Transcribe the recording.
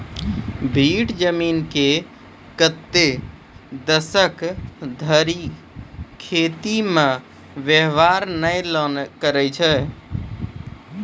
भीठ जमीन के कतै दसक धरि खेती मे वेवहार नै करलो जाय छै